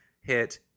hit